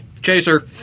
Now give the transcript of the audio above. Chaser